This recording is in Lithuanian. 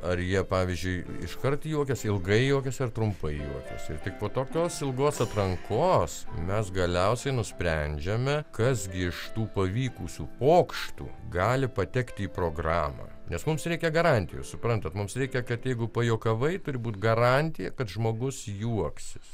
ar jie pavyzdžiui iškart juokiasi ilgai juokiasi ar trumpai juokiasi ir tik po tokios ilgos atrankos mes galiausiai nusprendžiame kas gi iš tų pavykusių pokštų gali patekti į programą nes mums reikia garantijų suprantat mums reikia kad jeigu pajuokavai turi būt garantija kad žmogus juoksis